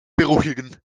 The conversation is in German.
beruhigen